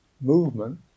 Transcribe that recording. movement